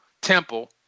temple